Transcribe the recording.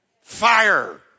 Fire